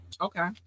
Okay